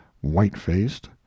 white-faced